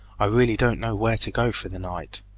i really don't know where to go for the night,